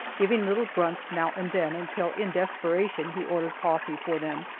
giving little grunts now and then until in desperation he ordered coffee for them,